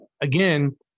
again